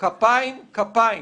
"כפיים, כפיים".